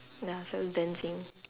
ya started dancing